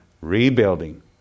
rebuilding